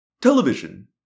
Television